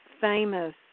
famous